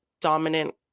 dominant